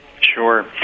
Sure